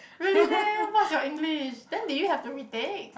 really meh what's your English then do you have to retake